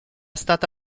stata